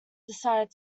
decided